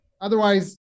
Otherwise